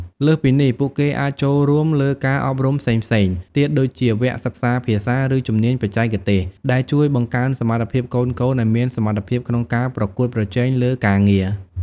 លើសពីនេះ ពួកគេអាចចូលរួមលើការអប់រំផ្សេងៗទៀតដូចជា វគ្គសិក្សាភាសា ឬជំនាញបច្ចេកទេស ដែលជួយបង្កើនសមត្ថភាពកូនៗឱ្យមានសមត្ថភាពក្នុងការប្រកួតប្រជែងលើការងារ។